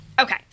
Okay